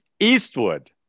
Eastwood